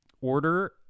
order